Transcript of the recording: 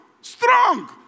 Strong